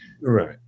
right